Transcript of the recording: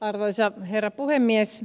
arvoisa herra puhemies